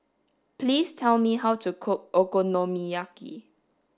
please tell me how to cook Okonomiyaki